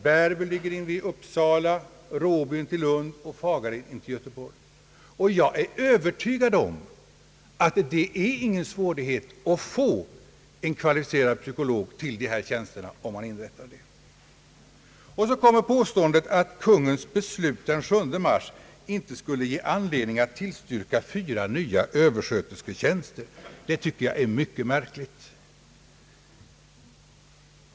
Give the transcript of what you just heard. Bärby ligger invid Uppsala, Råby intill Lund och Fagared intill Göteborg. Jag är övertygad om att det inte är någon svårighet att få kvalificerade psykologer till dessa tjänster. Påståendet att Kungl. Maj:ts beslut den 7 mars inte skulle ge anledning tillstyrka fyra nya överskötersketjänster tycker jag är mycket märkligt.